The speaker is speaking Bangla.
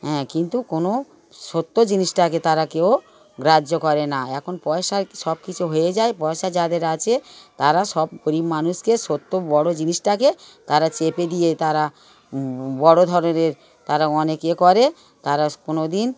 হ্যাঁ কিন্তু কোনো সত্য জিনিসটাকে তারা কেউ গ্রাহ্য করে না এখন পয়সায় সব কিছু হয়ে যায় পয়সা যাদের আছে তারা সব গরিব মানুষকে সত্য বড় জিনিসটাকে তারা চেপে দিয়ে তারা বড় ধরনের তারা অনেক এ করে তারা কোনো দিন